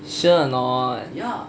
sure or not